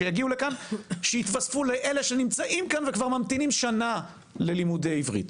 שיגיעו לכאן ויתווספו לאלה שכבר נמצאים כאן וממתינים שנה ללימודי עברית.